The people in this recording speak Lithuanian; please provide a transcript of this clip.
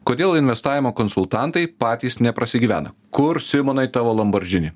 kodėl investavimo konsultantai patys neprasigyvena kur simonai tavo lambordžini